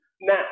now